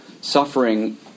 Suffering